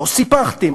לא סיפחתם?